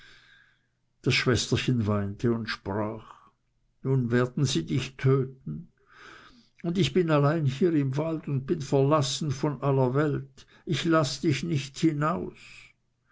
das schwesterchen weinte und sprach nun werden sie dich töten und ich bin hier allein im wald und bin verlassen von aller welt ich laß dich nicht hinaus